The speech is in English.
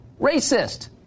racist